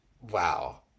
Wow